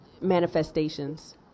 manifestations